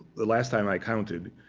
the last time i counted